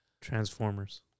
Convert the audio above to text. Transformers